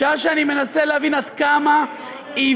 בשעה שאני מנסה להבין עד כמה עיוור,